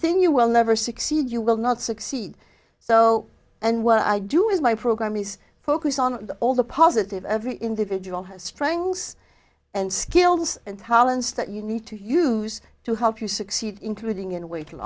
think you will never succeed you will not succeed so and what i do is my program is focused on all the positive every individual has strengths and skills and talents that you need to use to help you succeed including in